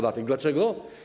Dlaczego?